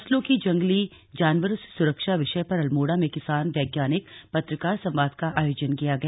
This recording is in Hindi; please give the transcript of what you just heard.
फसलों की जंगली जानवरों से सुरक्षा विषय पर अल्मोड़ा में किसान वैज्ञानिक पत्रकार संवाद का आयोजन किया गया